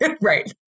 Right